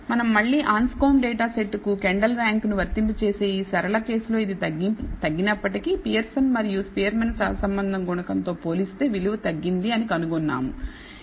మనం మళ్ళీ Anscombe data సెట్కు కెండల్ ర్యాంకు ను వర్తింపజేస్తే ఈ సరళ కేసులో ఇది తగ్గినప్పటికీ పియర్సన్ మరియు స్పియర్మాన్ సహసంబంధం గుణకం తో పోలిస్తే విలువ తగ్గింది అని కనుగొన్నాము అని